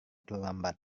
terlambat